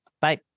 Bye